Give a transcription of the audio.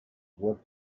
were